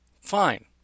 Fine